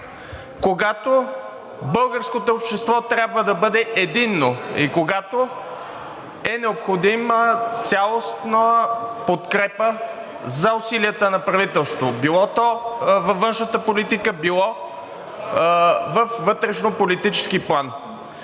когато българското общество трябва да бъде единно и когато е необходима цялостна подкрепа за усилията на правителството – било то във външната политика, било във вътрешнополитически план.